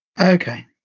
Okay